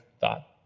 thought